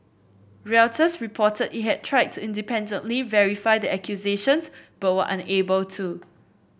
Reuters reported it had tried to independently verify the accusations but were unable to